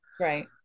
Right